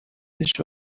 which